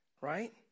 right